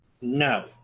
No